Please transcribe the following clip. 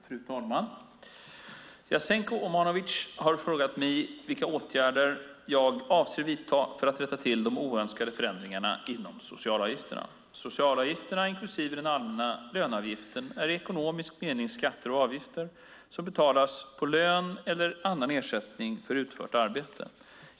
Fru talman! Jasenko Omanovic har frågat mig vilka åtgärder jag avser att vidta för att rätta till de oönskade förändringarna inom socialavgifterna. Socialavgifterna, inklusive den allmänna löneavgiften, är i ekonomisk mening skatter och avgifter som betalas på lön eller annan ersättning för utfört arbete.